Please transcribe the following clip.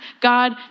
God